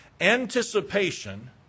anticipation